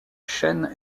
chaîne